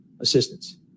assistance